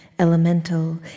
elemental